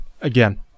again